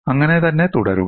അങ്ങനെ തന്നെ തുടരുക